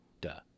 Duh